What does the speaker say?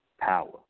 power